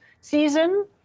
season